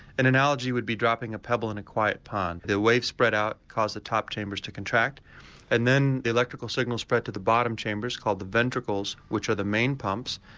an anology would be dropping a pebble in a quiet pond, the waves spread out and cause the top chambers to contract and then the electrical signals spread to the bottom chambers called the ventricles which are the main pumps,